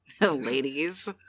Ladies